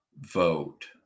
vote